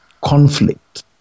conflict